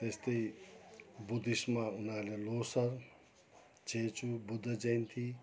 त्यस्तै बुद्धिस्टमा उनीहरूले लोसर चेचु बुद्ध जयन्ती